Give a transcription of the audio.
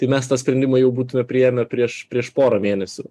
tai mes tą sprendimą jau būtume priėmę prieš prieš porą mėnesių